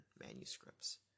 manuscripts